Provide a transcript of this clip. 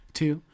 two